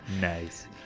Nice